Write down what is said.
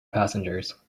passengers